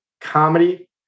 Comedy